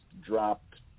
dropped